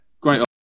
great